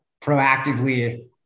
proactively